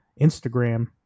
Instagram